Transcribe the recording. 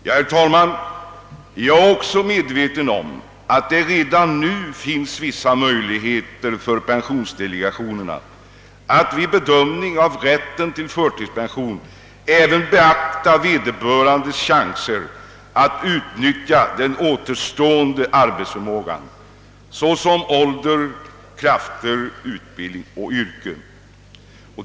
Jag är också medveten om att det redan nu finns vissa möjligheter för pensionsdelegationerna att vid bedömning av rätten till förtidspension även beakta vederbörandes chanser att utnyttja den återstående arbetsförmågan med hänsyn till ålder, krafter, utbildning och yrke.